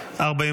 לא נתקבלה.